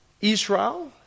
Israel